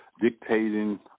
dictating